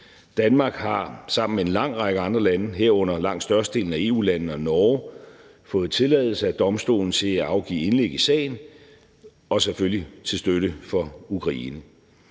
Danmark har sammen med en lang række andre lande, herunder langt størstedelen af EU-landene og Norge, fået tilladelse af domstolen til at afgive indlæg i sagen og selvfølgelig til støtte for Ukraine.